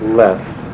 left